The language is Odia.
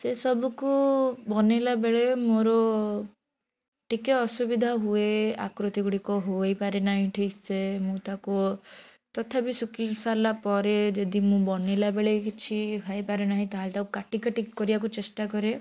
ସେ ସବୁକୁ ବନେଇଲା ବେଳେ ମୋର ଟିକିଏ ଅସୁବିଧା ହୁଏ ଆକୃତି ଗୁଡ଼ିକ ହୋଇପାରେନାହିଁ ଠିକ ସେ ମୁଁ ତାକୁ ତଥାପି ଶୁଖେଇ ସାରିଲା ପରେ ଯଦି ମୁଁ ବନେଇଲା ବେଳେ କିଛି ହୋଇପାରେନାହିଁ ତାହେଲେ ତାକୁ କାଟି କାଟି କରିବାକୁ ଚେଷ୍ଟା କରେ